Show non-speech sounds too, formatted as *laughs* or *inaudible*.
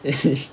*laughs*